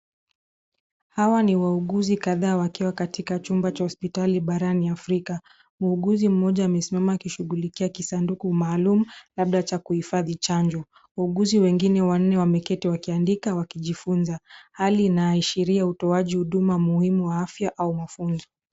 Hawa ni wauguzi kadhaa wakiwa katika chumba cha hospitali barani Afrika. Muuguzi mmoja amesimama akishughulikia kisanduku maalum labda ya kuhifadhi chanjo. Wauguzi wengine wanne wameketi wakiandika au kujifunza. Hali inayoashiria utoaji huduma muhimu wa afya au mafunzo.